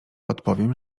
odpowiem